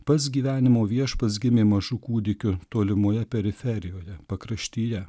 pats gyvenimo viešpats gimė mažu kūdikiu tolimoje periferijoje pakraštyje